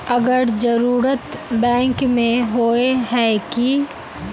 अगर जरूरत बैंक में होय है की?